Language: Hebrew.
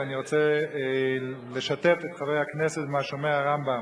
ואני רוצה לשתף את חברי הכנסת במה שאומר הרמב"ם: